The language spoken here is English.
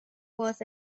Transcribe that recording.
was